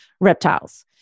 reptiles